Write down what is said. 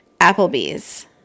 Applebee's